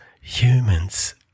humans